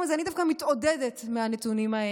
אני דווקא מתעודדת מהנתונים האלה,